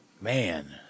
man